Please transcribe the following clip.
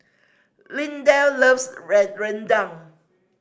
Lindell loves red rendang